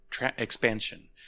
expansion